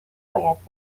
باید